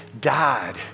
died